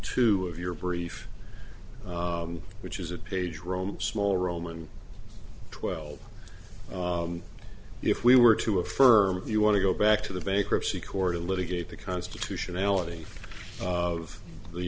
two of your brief which is a page rome small roman twelve if we were to affirm you want to go back to the bankruptcy court a litigator the constitutionality of the